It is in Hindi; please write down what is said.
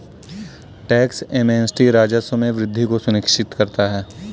टैक्स एमनेस्टी राजस्व में वृद्धि को सुनिश्चित करता है